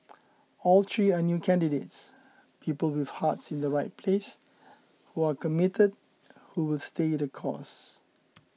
all three are new candidates people with hearts in the right place who are committed who will stay the course